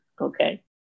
okay